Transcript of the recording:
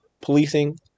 policing